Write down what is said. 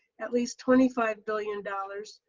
at least twenty five billion dollars,